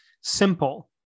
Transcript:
simple